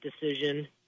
decision